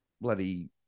bloody